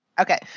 Okay